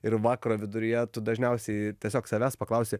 ir vakaro viduryje tu dažniausiai tiesiog savęs paklausi